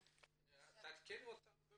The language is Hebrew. תעדכני אותנו.